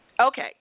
Okay